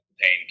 pain